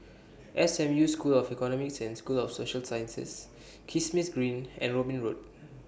S M U School of Economics and School of Social Sciences Kismis Green and Robin Road